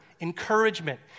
encouragement